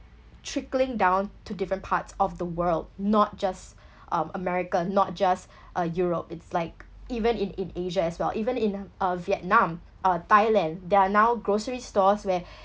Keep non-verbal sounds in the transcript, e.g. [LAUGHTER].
trickling down to different parts of the world not just [BREATH] um american not just [BREATH] uh europe it's like even in in asia as well even in uh Vietnam uh Thailand there are now grocery stores where